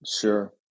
Sure